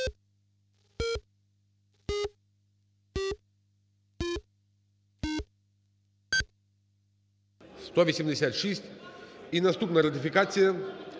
За-186 І наступна ратифікація